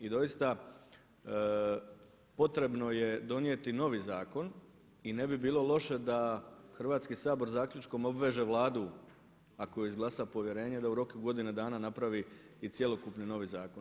I doista potrebno je donijeti novi zakon i ne bi bilo loše da Hrvatski sabor zaključkom obveže Vladu ako joj izglasa povjerenje da u roku godine dana napravi i cjelokupni novi zakon.